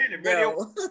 No